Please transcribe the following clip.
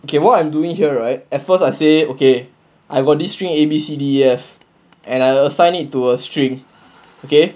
okay what I'm doing here right at first I say okay I got this string A B C D E F and I assigned it to a string okay